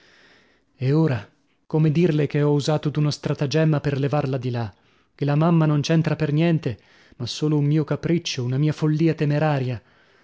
e ora come dirle che ho usato d'uno stratagemma per levarla di là che la mamma non c'entra per niente ma solo un mio capriccio una mia follia temeraria